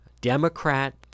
Democrat